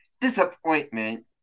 disappointment